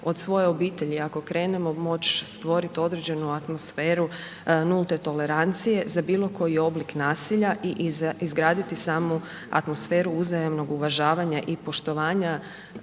od svoje obitelji ako krenemo moći stvoriti određenu atmosferu nulte tolerancije za bilokoji oblik nasilja i izgraditi samu atmosferu uzajamnog uvažavanja i poštovanja